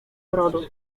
brodu